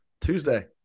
Tuesday